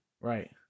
Right